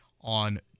on